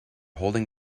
holding